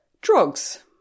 Drugs